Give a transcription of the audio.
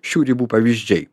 šių ribų pavyzdžiai